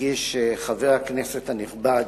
שהגיש חבר הכנסת הנכבד,